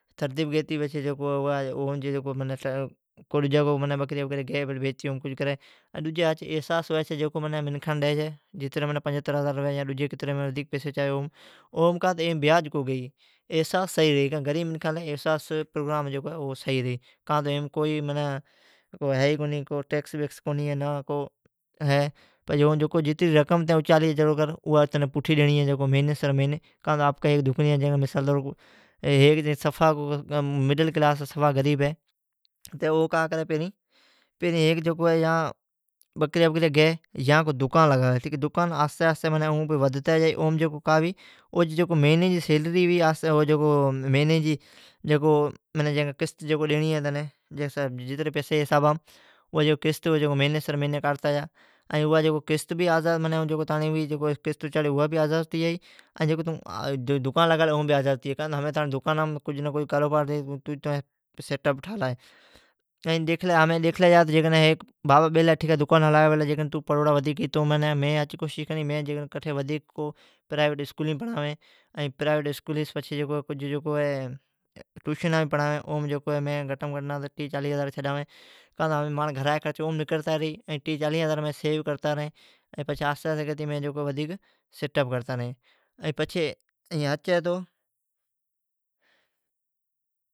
تھردیپ گیتی پچھی جکو ھی، بکریا گی۔ بیچتی کج کری۔ ڈجی ھچ احساس ھوی چھی۔ منکھان ڈی چھی، پنجھتر ھزار ھوی ھوی یا ودھیک پئسی اچاوی۔ تو کاں تو ایم بیاج کو گئی۔ غریب منکھاں لی احساس سھی رھی۔ ایم ھی ئی کونی ٹیکس بیکس ۔ جکو رقم اچالی ائا اچالی پوٹھی ڈینڑی ھی مھینی سر مھینی۔ ھیک سفا غریب ھی مڈل کلاسی او کا کری بکریا گی۔ دکان لگاوی اوں آھستی ودھتی جائی۔ مھینی جی قسط جکو ڈینڑی ھی تنیں۔ جتری پئسی ھی او حسابام مھینی جا کاڈھتا جا، اوم تانڑی قسط بی آزاد ھوی۔ دکاں لگالی اون بی آزاد ھتی جائی۔ تانڑی دکانام کج نا کج کاروبار ھوی۔ این ٹھالی ھی۔ ھمیں ڈیکھلی جا بابا دکانام بیلا ھی۔ دکان ھلاوی پلا۔ میں ھچ کوشش کریں۔ پراویٹ اسکولیم پڑنھاوی۔ اسکولی پچھی کج ٹوشنا پڑنھاوی اوم گھٹ مین گھٹ ٹیھ چالیھ ھزار چڈاوین۔ کان تو مانجی گھراں خرچ نکرتا رھی۔ ایں ٹیھ چالیھ ھزار بچاتا رھیں۔ آھستی سیٹ اپ کرتا رھیں۔ پچھی ھچ ھی تو